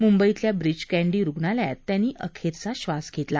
मुंबईतल्या ब्रीच कँडी रुग्णालयात त्यांनी अखेरचा श्वास घेतला